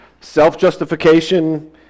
self-justification